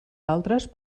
altres